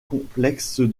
complexe